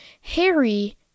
harry